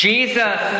Jesus